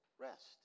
Rest